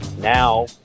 now